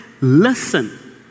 listen